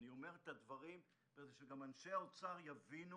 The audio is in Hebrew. אני אומר את הדברים גם כדי שאנשי משרד האוצר יבינו